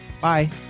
bye